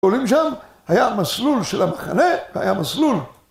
עולים שם, היה מסלול של המחנה, היה מסלול.